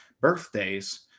birthdays